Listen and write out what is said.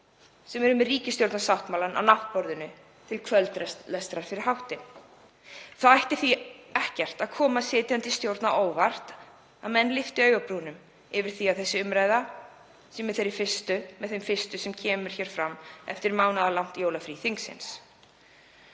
sem eru með ríkisstjórnarsáttmálann á náttborðinu til kvöldlestrar fyrir háttinn. Það ætti því ekki að koma sitjandi stjórn á óvart að menn lyfti brúnum yfir því að þessi umræða sé með þeim fyrstu sem kemur fram eftir mánaðarlangt jólafrí þingsins.